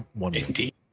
Indeed